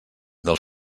del